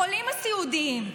החולים הסיעודיים,